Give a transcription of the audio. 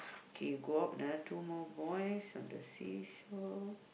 okay you go up another two boy on the see-saw